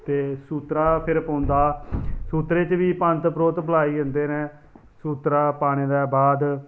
ते सूत्तरा फिर पौंदा सूत्तरे च बी पंत परोह्त बलाए जंदे न सूत्तरा पाने दे बाद